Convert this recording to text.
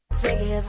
forgive